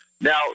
Now